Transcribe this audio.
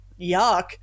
yuck